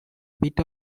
bit